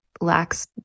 lacks